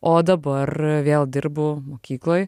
o dabar vėl dirbu mokykloj